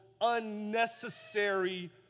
unnecessary